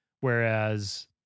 Whereas